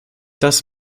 das